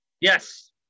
Yes